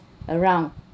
around